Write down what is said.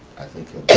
i think he'll